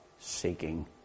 seeking